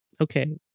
Okay